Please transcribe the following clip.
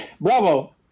Bravo